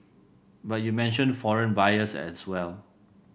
but you mentioned foreign buyers as well